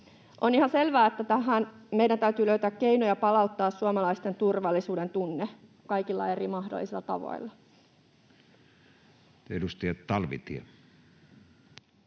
On ihan selvää, että tähän meidän täytyy löytää keinoja palauttaa suomalaisten turvallisuudentunne kaikilla mahdollisilla eri tavoilla. Edustaja Talvitie.